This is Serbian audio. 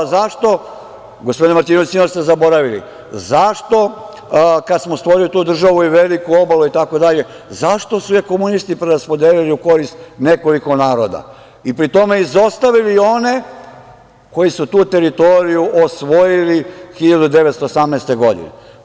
Zašto, gospodine Martinoviću, sigurno ste zaboravili, zašto, kada smo stvorili tu državu i veliku obalu itd, zašto su je komunisti raspodelili u korist nekoliko naroda, i pri tome, izostavili one koji su tu teritoriju osvojili 1918. godine.